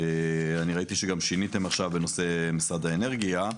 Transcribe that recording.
אני ראיתי גם ששיניתם עכשיו בנושא משרד האנרגיה,